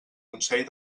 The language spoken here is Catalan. consell